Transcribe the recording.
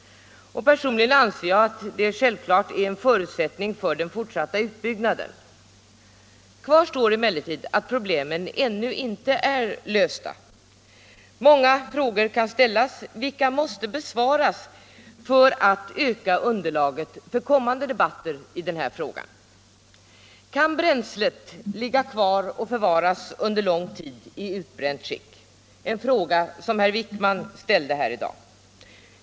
Personligen anser jag att det självfallet är en förutsättning för den fortsatta utbyggnaden. Kvar står emellertid att problemen ännu inte är lösta. Många frågor kan ställas, vilka måste besvaras för att underlaget för kommande debatter i den här frågan skall ökas. Kan bränslet ligga kvar och bevaras under lång tid i utbränt skick? — Det är en fråga som herr Wijkman ställde här i dag.